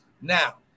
Now